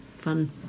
fun